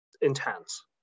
intense